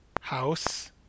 House